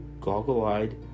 goggle-eyed